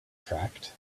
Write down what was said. cracked